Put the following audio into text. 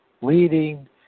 leading